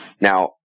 Now